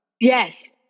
Yes